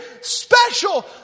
special